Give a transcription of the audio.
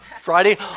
Friday